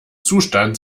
zustand